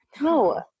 No